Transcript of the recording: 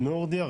נורדיאה,